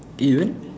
eh what